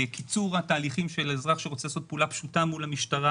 קיצור התהליכים של אזרח שרוצה לעשות פעולה פשוטה מול המשטרה.